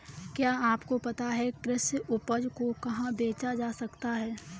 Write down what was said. क्या आपको पता है कि कृषि उपज को कहाँ बेचा जा सकता है?